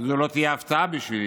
זו לא תהיה הפתעה בשבילי,